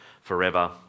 forever